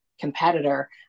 Competitor